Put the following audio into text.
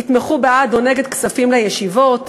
יתמכו בעד או נגד כספים לישיבות?